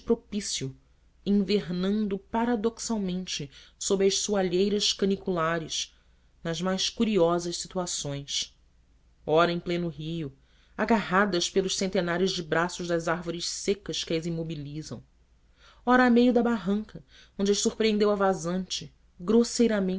propício invernando paradoxalmente sob as soalheiras caniculares nas mais curiosas situações ora em pleno rio agarradas pelos centenares de braços das árvores secas que as imobilizam ora a meio da barranca onde as surpreendeu a vazante